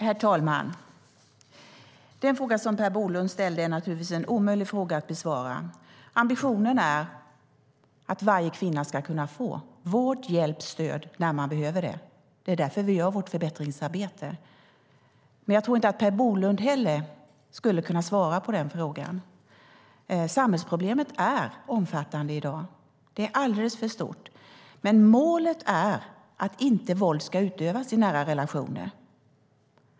Herr talman! Den fråga som Per Bolund ställde är naturligtvis en omöjlig fråga att besvara. Ambitionen är att varje kvinna ska kunna få vård, hjälp och stöd när de behöver det. Det är därför vi gör vårt förbättringsarbete. Men jag tror inte att Per Bolund heller skulle kunna svara på frågan. Samhällsproblemet är i dag omfattande. Det är alldeles för stort. Men målet är att våld inte ska utövas i nära relationer.